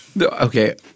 Okay